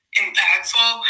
impactful